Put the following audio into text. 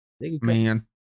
man